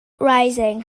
rising